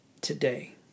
today